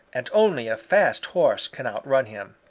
and only a fast horse can outrun him.